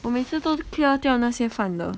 我每次都是 clear 掉那些饭的